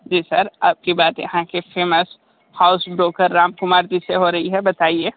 जी sir आपकी बात यहाँ के famous house broker Ramkumar ji से हो रही है बताइए